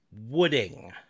Wooding